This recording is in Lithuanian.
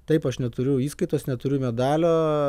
taip aš neturiu įskaitos neturiu medalio